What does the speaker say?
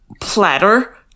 platter